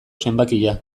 zenbakia